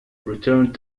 returned